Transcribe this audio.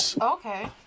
Okay